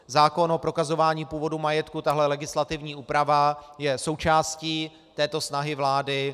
Zákon o prokazování původu majetku, tahle legislativní úprava, je součástí této snahy vlády.